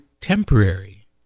temporary